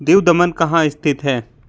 दीव दमन कहाँ स्थित है